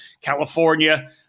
California